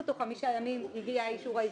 ותוך חמישה ימים הגיע אישור ההיוועצות.